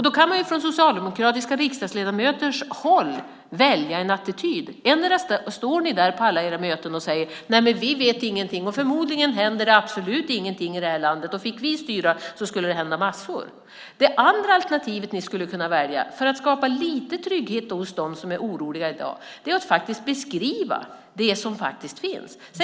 Då kan man från socialdemokratiska riksdagsledamöters håll välja en attityd. Endera står ni på alla era möten och säger: Vi vet inget. Förmodligen händer det absolut inget i det här landet. Fick vi styra skulle det hända massor. Det andra alternativet ni skulle kunna välja, för att skapa lite trygghet hos dem som är oroliga i dag, är att beskriva det som faktiskt finns.